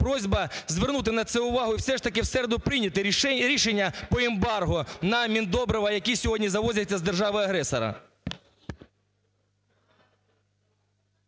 Просьба звернути на це увагу і все ж таки в середу прийняти рішення по ембарго на міндобрива, які сьогодні завозяться з держави-агресора.